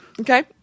okay